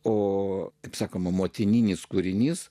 o kaip sakoma motininis kūrinys